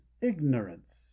ignorance